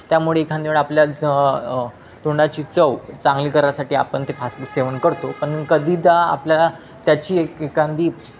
त्यामुळे एखाद्या वेळ आपल्याला त तोंडाची चव चांगली करायसाठी आपण ते फास फूड सेवन करतो पण कधीदा आपल्याला त्याची एक एखादी